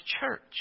church